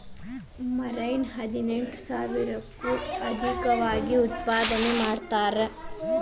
marine ಹದಿನೆಂಟು ಸಾವಿರಕ್ಕೂ ಅದೇಕವಾಗಿ ಉತ್ಪಾದನೆ ಮಾಡತಾರ